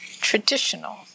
traditional